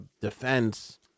defense